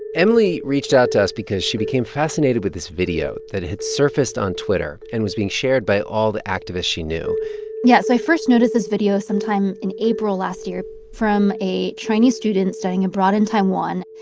emily reached out to us because she became fascinated with this video that had surfaced on twitter and was being shared by all the activists she knew yeah. so i first noticed this video sometime in april last year from a chinese student studying abroad in taiwan.